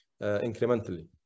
incrementally